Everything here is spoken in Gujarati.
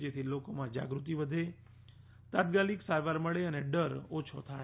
જેથી લોકોમાં જાગૃતિ વધે તાત્કાલિક સારવાર મળે અને ડર ઓછો થાય